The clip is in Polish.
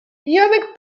janek